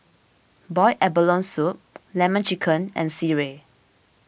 Boiled Abalone Soup Lemon Chicken and Sireh